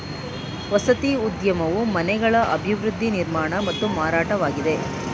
ವಸತಿ ಉದ್ಯಮವು ಮನೆಗಳ ಅಭಿವೃದ್ಧಿ ನಿರ್ಮಾಣ ಮತ್ತು ಮಾರಾಟವಾಗಿದೆ